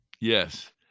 Yes